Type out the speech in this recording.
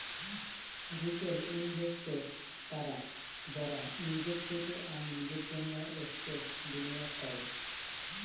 retail investors তারা যারা নিজের থেকে আর নিজের জন্য এসেটস বিনিয়োগ করে